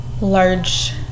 large